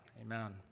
Amen